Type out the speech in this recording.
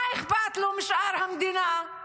מה אכפת לו משאר המדינה?